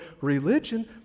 religion